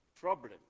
problem